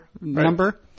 number